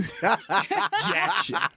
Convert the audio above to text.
Jackson